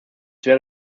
wäre